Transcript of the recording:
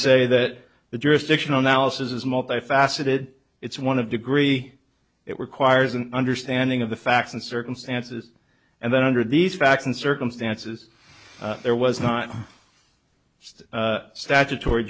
say that the jurisdictional now is as multifaceted it's one of degree it requires an understanding of the facts and circumstances and then under these facts and circumstances there was not just statutory